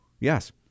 Yes